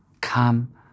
Come